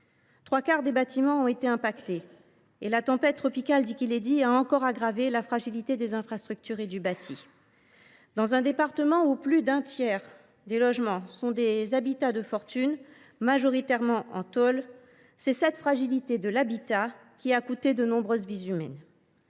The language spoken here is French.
Trois quarts des bâtiments ont été affectés. La tempête tropicale Dikeledi a encore aggravé la fragilité des infrastructures et du bâti. Dans un département où plus du tiers des logements sont des habitats de fortune, majoritairement en tôle, c’est cette fragilité de l’habitat qui a coûté de nombreuses vies.